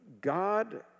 God